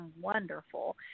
wonderful